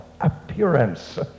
appearance